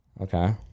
Okay